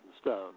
stone